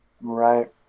Right